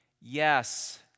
Yes